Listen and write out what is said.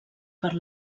per